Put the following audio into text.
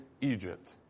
Egypt